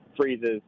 freezes